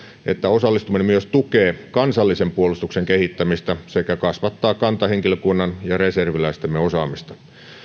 että osallistuminen myös tukee kansallisen puolustuksen kehittämistä sekä kasvattaa kantahenkilökunnan ja reserviläistemme osaamista